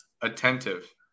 attentive